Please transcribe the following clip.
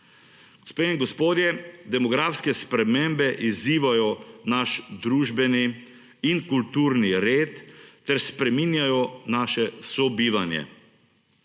Gospe in gospodje, demografske spremembe izzivajo naš družbeni in kulturni red ter spreminjajo naše sobivanje.